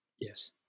Yes